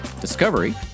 discovery